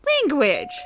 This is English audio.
Language